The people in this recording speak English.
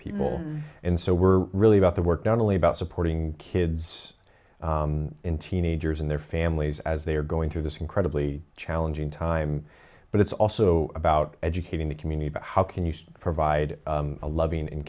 people and so we're really about the work done only about supporting kids in teenagers and their families as they are going through this incredibly challenging time but it's also about educating the community about how can you provide a loving and